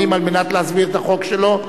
תודה רבה.